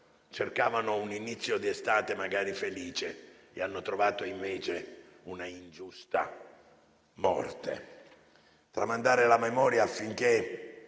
cercavano un inizio di estate, magari felice, e hanno trovato invece una ingiusta morte. Tramandare la memoria affinché